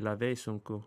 labai sunku